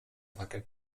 wackeln